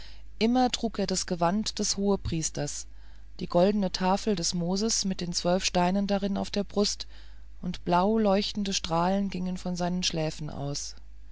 immer trug er das gewand des hohenpriesters die goldene tafel des moses mit den zwölf steinen darin auf der brust und blaue leuchtende strahlen gingen von seinen schläfen aus